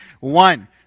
One